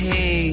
Hey